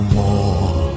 more